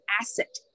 asset